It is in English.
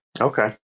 Okay